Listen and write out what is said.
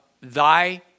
Thy